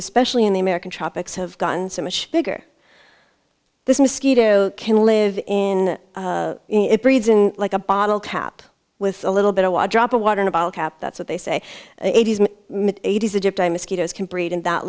especially in the american tropics have gotten so much bigger this mosquito can live in it breeds in like a bottle cap with a little bit of a drop of water in a bottle cap that's what they say eighty eight is a dip to mosquitoes can breed in that